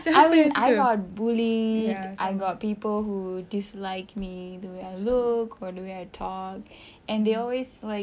I will I got bullied I got people who dislike me the way I look or the way I talk and they always like